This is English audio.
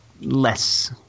less